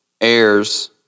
heirs